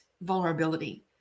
vulnerability